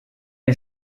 mir